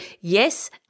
yes